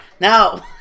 No